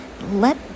let